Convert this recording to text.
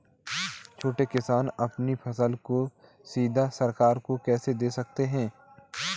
छोटे किसान अपनी फसल को सीधे सरकार को कैसे दे सकते हैं?